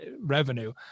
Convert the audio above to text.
revenue